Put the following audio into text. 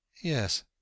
Yes